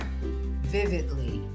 vividly